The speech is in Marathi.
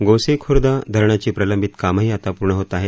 गोसीर्खुद धरणाची प्रलंबित कामंही आता पूर्ण होत आहे